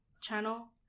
channel